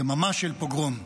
יממה של פוגרום.